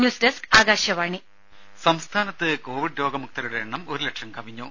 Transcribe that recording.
news desk Akashvani രുമ സംസ്ഥാനത്ത് Covid രോഗമുക്തരുടെ എണ്ണം ഒരു ലക്ഷം കവിഞ്ഞു